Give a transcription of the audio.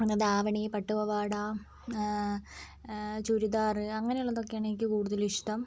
അതായത് ദാവണി പട്ടുപാവാട ചുരിദാർ അങ്ങനെയുള്ളതൊക്കെയാണ് എനിക്ക് കൂടുതലും ഇഷ്ടം